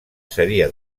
seria